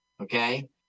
okay